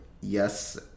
Yes